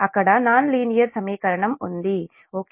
అక్కడ non linear సమీకరణం ఉంది ఓకే